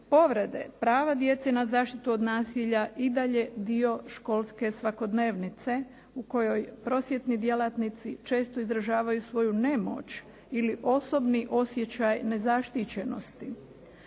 prava djece na zaštitu od nasilja i dalje dio školske svakodnevnice u kojoj prosvjetni djelatnici često izražavaju svoju nemoć ili osobni osjećaj nezaštićenosti.